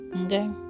okay